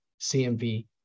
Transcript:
CMV